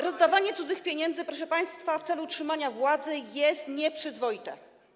Rozdawanie cudzych pieniędzy, proszę państwa, w celu utrzymania władzy jest nieprzyzwoite.